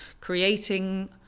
creating